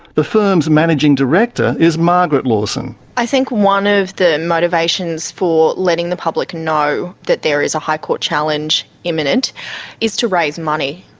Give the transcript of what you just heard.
the firm's managing director is margaret lawson. i think one of the motivations for letting the public know that there is a high court challenge imminent is to raise money,